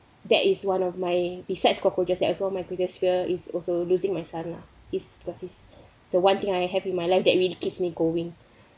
that is one of my besides cockroaches as well my greatest fear is also losing my son lah is that is the one thing I have in my life that really keeps me going